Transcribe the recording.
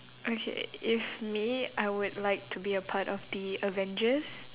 okay if me I would like to be a part of the avengers